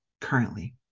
currently